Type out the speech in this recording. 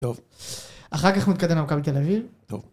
טוב אחר כך נתקדם למקום תל אביב טוב.